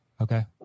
Okay